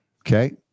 Okay